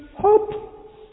hope